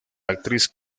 actriz